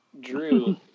Drew